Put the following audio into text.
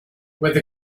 where